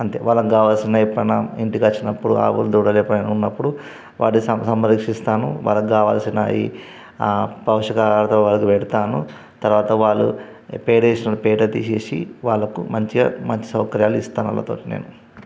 అంతే వాళ్ళకి కావాలసిన ఎప్పుడైనా ఇంటికి వచ్చినప్పుడు ఆవులు దూడలు ఎప్పుడైనా ఉన్నప్పుడు వాటిని సంరక్షిస్తాను వాళ్ళకు కావలసిన ఈ పౌష్టికాహారం అది పెడతాను తరువాత వాళ్ళు పేడ వేసిన పేడ తీసేసి వాళ్ళకు మంచిగా మంచి సౌకర్యాలు ఇస్తాను వాళ్ళతోటి నేను